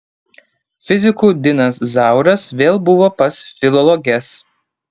fizikų dinas zauras vėl buvo pas filologes